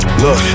Look